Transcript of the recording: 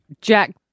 Jack